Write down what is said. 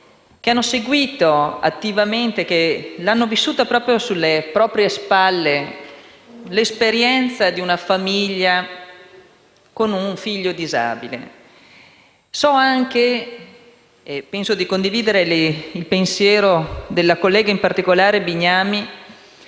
che hanno seguito attivamente, che hanno vissuto sulle proprie spalle l'esperienza di una famiglia con un figlio disabile. So anche, e penso di condividere il pensiero della collega Bignami,